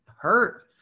hurt